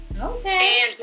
Okay